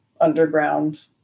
underground